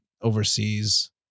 overseas